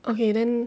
okay then